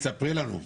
אספר לכם.